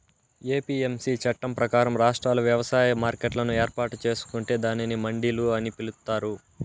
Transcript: APMC చట్టం ప్రకారం, రాష్ట్రాలు వ్యవసాయ మార్కెట్లను ఏర్పాటు చేసుకొంటే దానిని మండిలు అని పిలుత్తారు